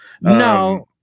No